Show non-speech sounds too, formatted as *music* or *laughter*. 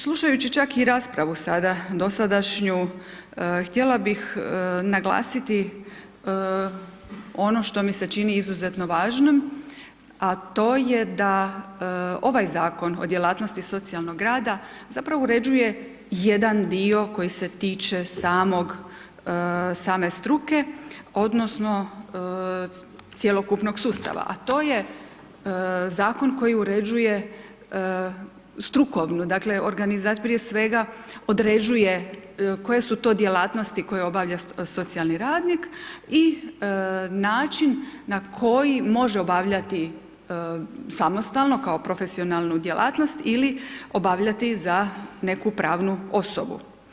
Slušajući čak i raspravu sada dosadašnju, htjela bi naglasiti ono što mi se čini izuzetno važno a to je da ovaj Zakon o djelatnosti socijalnog rada zapravo uređuje jedan dio koji se tiče same struke odnosno cjelokupnog sustava a to je zakon koji uređuje strukovno, dakle ... *unintelligible* prije svega određuje koje su to djelatnosti koje obavlja socijalni radnik i način na koji može obavljati samostalno kao profesionalnu djelatnost ili obavljati za neku pravnu osobu.